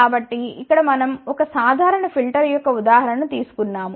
కాబట్టి ఇక్కడ మనం ఒక సాధారణ ఫిల్టర్ యొక్క ఉదాహరణ ను తీసుకున్నాము